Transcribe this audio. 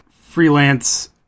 freelance